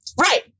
Right